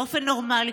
באופן נורמלי,